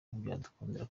ntibyadukundira